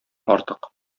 артык